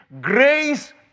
grace